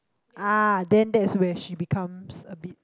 ah then that's where she becomes a bit